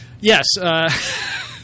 yes